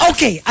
Okay